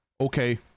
okay